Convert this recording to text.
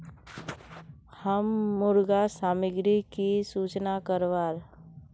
हम मुर्गा सामग्री की सूचना करवार?